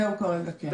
זהו כרגע.